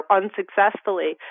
unsuccessfully